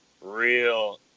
real